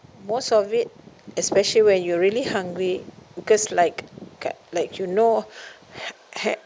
most of it especially when you're really hungry because like uh like you know